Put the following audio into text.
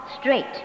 straight